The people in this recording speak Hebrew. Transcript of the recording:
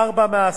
כפי שהאוצר רצה,